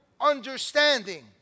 understanding